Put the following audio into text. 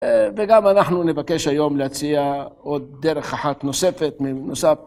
וגם אנחנו נבקש היום להציע עוד דרך אחת נוספת, נוסף.